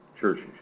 churches